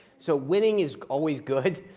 so winning is always good,